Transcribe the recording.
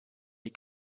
die